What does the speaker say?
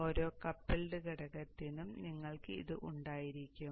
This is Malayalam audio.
ഓരോ കപ്പിൾഡ് ഘടകത്തിനും നിങ്ങൾക്ക് ഇത് ഉണ്ടായിരിക്കും